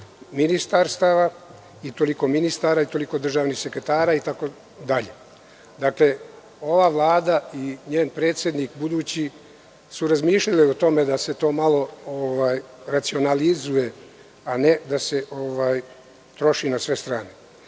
ministarstava i toliko ministara i toliko državnih sekretara itd. Ova Vlada i njen predsednik budući su razmišljali o tome da se to malo racionalizuje, a ne da se troši na sve strane.